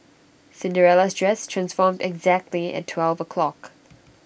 Cinderella's dress transformed exactly at twelve o'clock